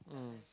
mm